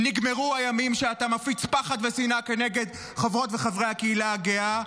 נגמרו הימים שאתה מפיץ פחד ושנאה כנגד חברות וחברי הקהילה הגאה.